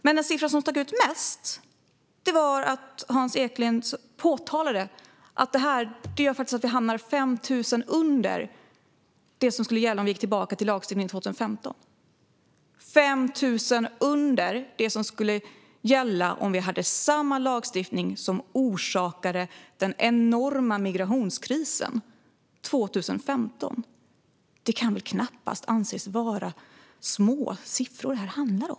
Men den siffra som stack ut mest var när Hans Eklind talade om att detta faktiskt gör att vi hamnar 5 000 under det som skulle gälla om vi gick tillbaka till lagstiftningen 2015 - alltså 5 000 under det som skulle gälla om vi hade samma lagstiftning som orsakade den enorma migrationskrisen 2015. Det kan väl knappast anses vara små siffor detta handlar om?